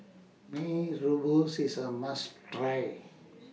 Mee Rebus IS A must Try